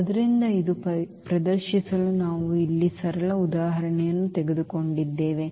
ಆದ್ದರಿಂದ ಇದನ್ನು ಪ್ರದರ್ಶಿಸಲು ನಾವು ಇಲ್ಲಿ ಸರಳ ಉದಾಹರಣೆಯನ್ನು ತೆಗೆದುಕೊಂಡಿದ್ದೇವೆ